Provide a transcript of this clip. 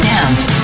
Dance